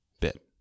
bit